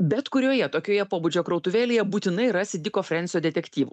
bet kurioje tokioje pobūdžio krautuvėlėje būtinai rasi diko frensio detektyvų